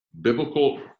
Biblical